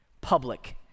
public